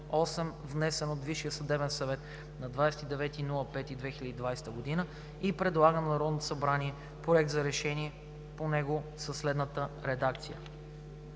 внесен от Висшия съдебен съвет на 29 май 2020 г. и предлага на Народното събрание Проект за решение по него със следната редакция: